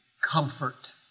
comfort